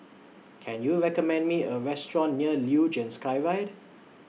Can YOU recommend Me A Restaurant near Luge and Skyride